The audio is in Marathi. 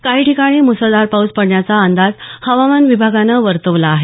काही ठिकाणी मुसळधार पाऊस पडण्याचा अंदाज हवामान विभागानं वर्तवला आहे